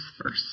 first